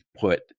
put